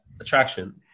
attraction